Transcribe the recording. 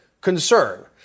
concern